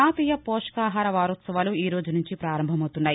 జాతీయ పోషకాహార వారోత్సవాలు ఈ రోజు నుంచి పారంభమవుతున్నాయి